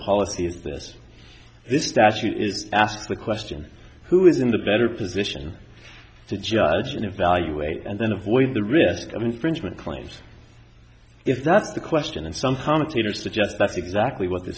this statute is asked the question who is in the better position to judge and evaluate and then avoid the risk of infringement claims if that's the question and some commentators suggest that's exactly what th